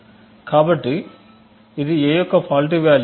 కాబట్టి ఇది a యొక్క ఫాల్టీ వాల్యూ